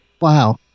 Wow